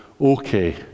okay